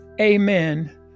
Amen